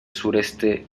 sureste